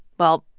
well,